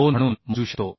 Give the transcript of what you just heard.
22 म्हणून मोजू शकतो